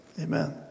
amen